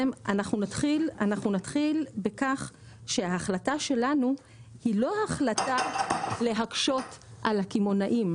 אנחנו נתחיל בכך שההחלטה שלנו היא לא ההחלטה להקשות על הקמעונאים,